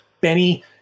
Benny